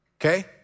Okay